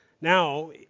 now